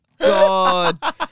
god